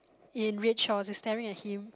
in red trousers staring at him